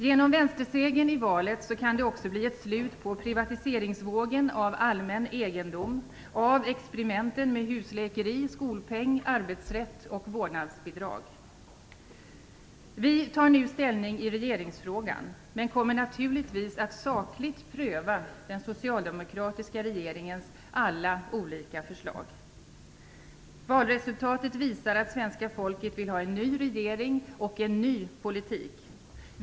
Genom Vänstersegern i valet kan det också bli ett slut på vågen av privatisering av allmän egendom, av experimenten med husläkeri, skolpeng, arbetsrätt och vårdnadsbidrag. Vi tar nu ställning i regeringsfrågan men kommer naturligtvis att sakligt pröva den socialdemokratiska regeringens alla olika förslag. Valresultatet visar att svenska folket vill ha en ny regering och en ny politik.